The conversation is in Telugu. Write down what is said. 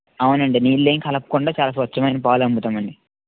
అవునండి నీళ్ళు ఏమి కలపకుండా చాలా స్వచ్ఛమైన పాలు అమ్ముతాం అండి